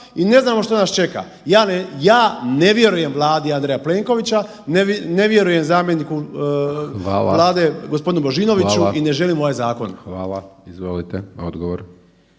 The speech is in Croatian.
i ne znamo što nas čeka. Ja ne vjerujem Vladi Andreja Plenkovića, ne vjerujem zamjeniku Vlade gospodinu Božinoviću i ne želim ovaj zakon. **Hajdaš Dončić, Siniša